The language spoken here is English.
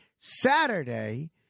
Saturday